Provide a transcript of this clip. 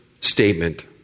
statement